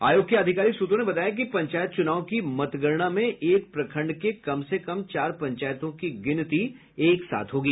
आयोग के आधिकारिक सूत्रों ने बताया कि पंचायत चुनाव की मतगणना में एक प्रखंड के कम से कम चार पंचायतों की गिनती एक साथ होगी